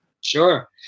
Sure